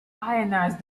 ionized